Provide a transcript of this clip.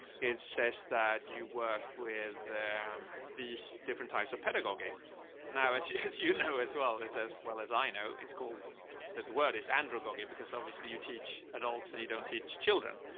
it says that you work with these different types of pedagogy now, as as you know, as well as, as well as i know it's called that the word is andrea gaga, because obviously you teach adults and you don't teach children.